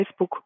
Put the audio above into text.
Facebook